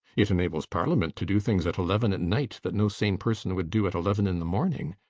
it enables parliament to do things at eleven at night that no sane person would do at eleven in the morning.